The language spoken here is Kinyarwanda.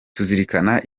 tuzirikana